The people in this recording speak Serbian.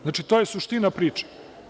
Znači, to je suština priče.